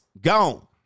gone